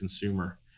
consumer